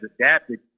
adapted